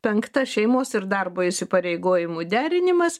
penkta šeimos ir darbo įsipareigojimų derinimas